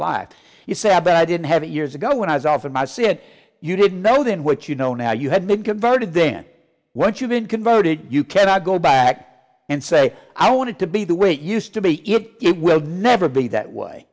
life you said but i didn't have it years ago when i was off and i said you didn't know then what you know now you had been converted then what you've been converted you cannot go back and say i want to be the way it used to be it will never be that way